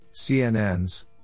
CNNs